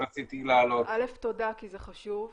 תודה כי זה חשוב,